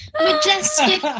majestic